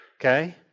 Okay